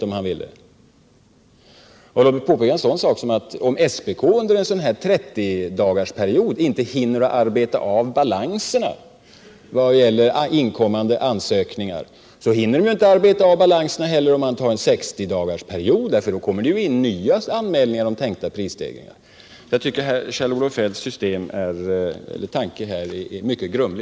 Om SPK under en 30-dagarsperiod inte hinner arbeta av balansen när det gäller inkommande ansökningar, hinner SPK inte heller arbeta av balansen under en 60-dagarsperiod. Då kommer ju nya anmälningar om tänkta prisstegringar in. Kjell-Olof Feldts tanke i detta fall är mycket grumlig.